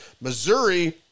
Missouri